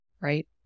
right